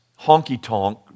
honky-tonk